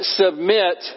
submit